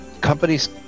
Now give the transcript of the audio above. companies